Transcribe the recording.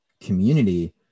community